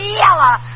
yellow